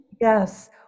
yes